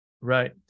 Right